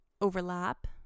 overlap